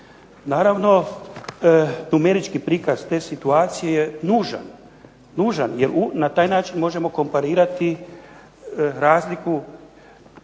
Naravno, numerički prikaz te situacije je nužan, jer na taj način možemo komparirati razliku